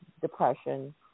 depression